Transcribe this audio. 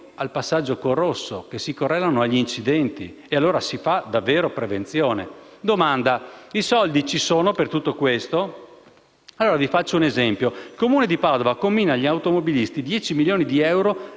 Vi faccio un esempio: il Comune di Padova infligge agli automobilisti 10 milioni di euro in multe ogni anno. In Italia, nel 2016, le multe sono state in totale 1,7 miliardi.